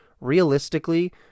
realistically